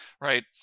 right